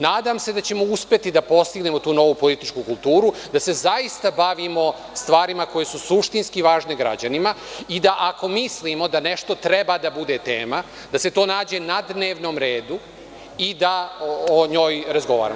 Nadam se da ćemo uspeti da postignemo tu novu političku kulturu, da se zaista bavimo stvarima koje su suštinski važne građanima i da ako mislimo da nešto treba da bude tema, da se to nađe na dnevnom redu i da o njoj razgovaramo.